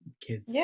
kids